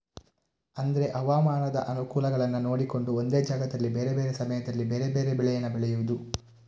ಅಂದ್ರೆ ಹವಾಮಾನದ ಅನುಕೂಲಗಳನ್ನ ನೋಡಿಕೊಂಡು ಒಂದೇ ಜಾಗದಲ್ಲಿ ಬೇರೆ ಬೇರೆ ಸಮಯದಲ್ಲಿ ಬೇರೆ ಬೇರೆ ಬೆಳೇನ ಬೆಳೆಯುದು